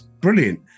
brilliant